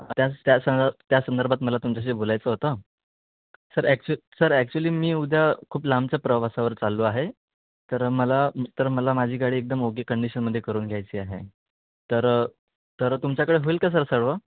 त्याच त्या सं त्या संदर्भात मला तुमच्याशी बोलायचं होतं सर ॲक्च्यु सर ॲक्च्युली मी उद्या खूप लांबच्या प्रवासावर चाललो आहे तर मला तर मला माझी गाडी एकदम ओके कंडिशनमध्ये करून घ्यायची आहे तर तर तुमच्याकडे होईल का सर सर्व